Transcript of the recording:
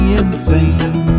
insane